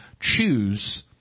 choose